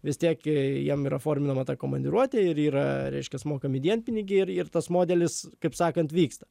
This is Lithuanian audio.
vis tiek e jie yra forminama ta komandiruotė ir yra reiškias mokami dienpinigiai ir ir tas modelis kaip sakant vyksta